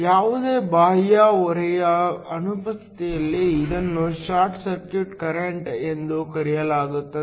ಯಾವುದೇ ಬಾಹ್ಯ ಹೊರೆಯ ಅನುಪಸ್ಥಿತಿಯಲ್ಲಿ ಇದನ್ನು ಶಾರ್ಟ್ ಸರ್ಕ್ಯೂಟ್ ಕರೆಂಟ್ ಎಂದೂ ಕರೆಯಲಾಗುತ್ತದೆ